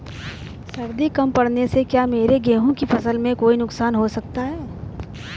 सर्दी कम पड़ने से क्या मेरे गेहूँ की फसल में कोई नुकसान हो सकता है?